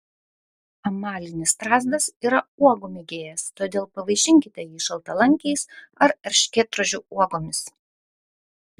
amalinis strazdas yra uogų mėgėjas todėl pavaišinkite jį šaltalankiais ar erškėtrožių uogomis